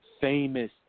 famous